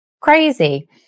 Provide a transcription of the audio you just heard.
crazy